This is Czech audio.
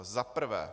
Za prvé.